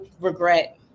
regret